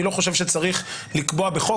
אני לא חושב שצריך לקבוע בחוק,